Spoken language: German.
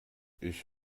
ich